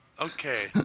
Okay